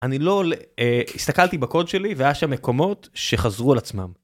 אני לא, הסתכלתי בקוד שלי והיו שם מקומות שחזרו על עצמם.